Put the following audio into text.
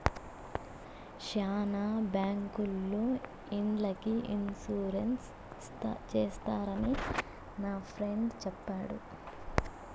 శ్యానా బ్యాంకుల్లో ఇండ్లకి ఇన్సూరెన్స్ చేస్తారని నా ఫ్రెండు చెప్పాడు